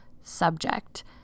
subject